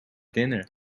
dinner